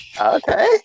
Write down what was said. Okay